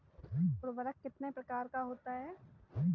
उर्वरक कितने प्रकार का होता है?